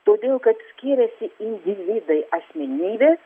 todėl kad skiriasi individai asmenybės